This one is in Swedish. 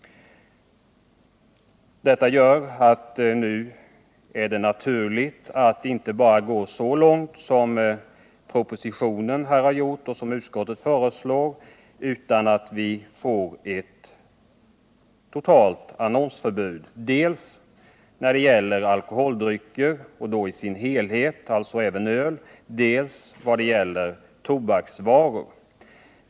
Detta gör att det är naturligt att inte bara gå så långt som man gjort i propositionen och utskottet utan att vi nu inför ett totalt annonsförbud dels när det gäller alkoholdrycker i sin helhet — alltså även beträffande öl —, dels i fråga om tobaksvaror.